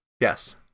Yes